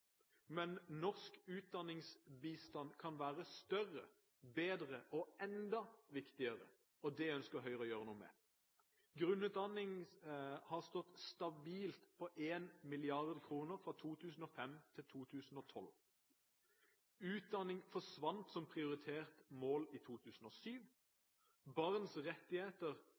Men norsk utdanningsbistand kan være større, bedre og enda viktigere, og det ønsker Høyre å gjøre noe med. Grunnutdanning har stått stabilt på 1 mrd. kr fra 2005 til 2012. Utdanning forsvant som prioritert mål i 2007. Barns rettigheter